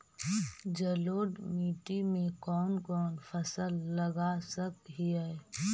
जलोढ़ मिट्टी में कौन कौन फसल लगा सक हिय?